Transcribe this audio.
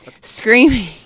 screaming